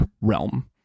realm